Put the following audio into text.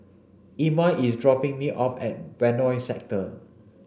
Irma is dropping me off at Benoi Sector